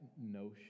notion